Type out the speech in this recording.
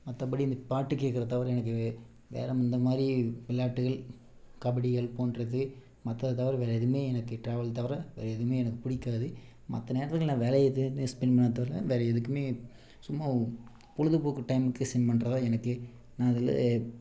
மற்றபடி இந்த பாட்டு கேக்கிறத தவிர எனக்கு வேற இந்தமாதிரி விளையாட்டுகள் கபடிகள் போன்றது மற்றது தவிர வேற எதுவும் எனக்கு ட்ராவல் தவிர வேற எதுவும் எனக்கு பிடிக்காது மற்ற நேரத்துங்கள்ல நான் வேலையை எது எது ஸ்பென்ட் பண்ணுவேனே தவிர வேற எதுக்கும் சும்மா பொழுதுபோக்கு டைமுக்கு ஸ்பென்ட் பண்ணுறதா எனக்கு நான் அதில்